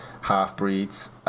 half-breeds